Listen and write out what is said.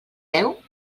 deu